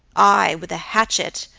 aye, with a hatchet,